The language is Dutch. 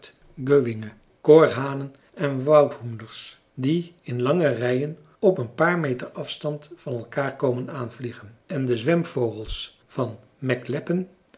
göinge korhanen en woudhoenders die in lange reien op een paar meter afstand van elkaar komen aanvliegen en de zwemvogels van mkläppen